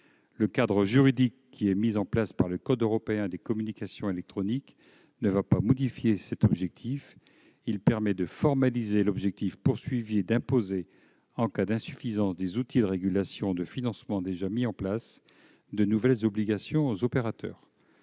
Le cadre juridique mis en place par le code européen des communications électroniques ne va pas modifier cet objectif ; il permet de formaliser l'objectif visé et d'imposer en cas d'insuffisance des outils de régulation et de financement déjà instaurés de nouvelles obligations aux opérateurs.